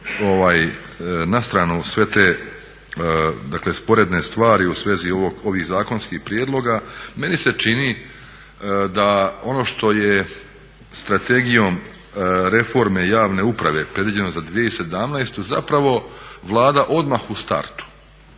na stranu sve te sporedne stvari. U svezi ovih zakonskih prijedloga meni se čini da ono što je Strategijom reforme javne uprave predviđeno za 2017. zapravo Vlada odmah u startu